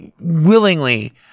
willingly